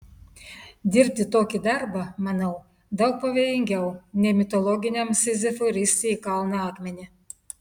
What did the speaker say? dirbti tokį darbą manau daug pavojingiau nei mitologiniam sizifui risti į kalną akmenį